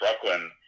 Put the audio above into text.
Brooklyn